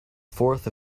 fourth